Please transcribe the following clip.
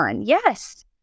Yes